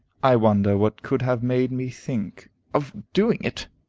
i wonder what could have made me think of doing it!